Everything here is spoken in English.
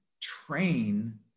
train